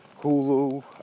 Hulu